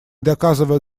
доказывая